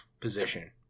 position